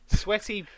sweaty